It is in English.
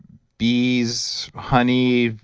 bees, honey,